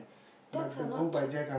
dogs are not cheap